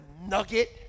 nugget